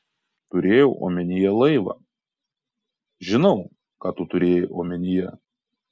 turėjau omenyje laivą žinau ką tu turėjai omenyje